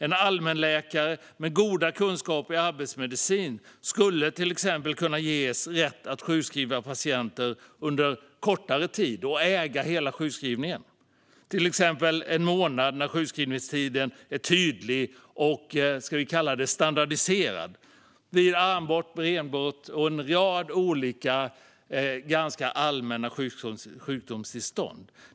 En allmänläkare med goda kunskaper i arbetsmedicin skulle till exempel kunna ges rätt att sjukskriva patienter under kortare tid och äga hela sjukskrivningen, till exempel en månad, när sjukskrivningstiden är tydlig och standardiserad, som vi kan kalla det, vid armbrott, benbrott och en rad olika och ganska allmänna sjukdomstillstånd.